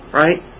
right